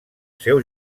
seu